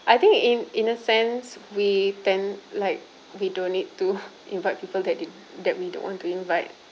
I think in in a sense we tend like we don't need to invite people that w~ that we don't want to invite